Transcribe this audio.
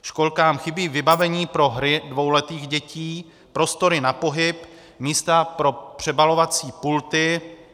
Školkám chybí vybavení pro hry dvouletých dětí, prostory na pohyb, místa pro přebalovací pulty.